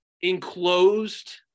enclosed